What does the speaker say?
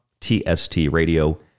tstradio